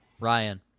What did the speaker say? Ryan